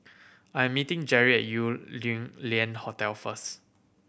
I am meeting Jerri at Yew Lian Hotel first